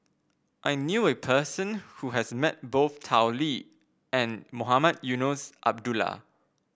I knew a person who has met both Tao Li and Mohamed Eunos Abdullah